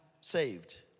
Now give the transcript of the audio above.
saved